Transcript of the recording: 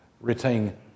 retain